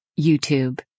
YouTube